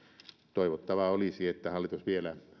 toivottavaa olisi että hallitus vielä